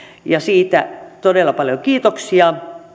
siitä todella paljon kiitoksia